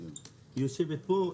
את יושבת פה,